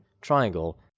Triangle